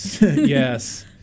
Yes